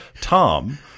Tom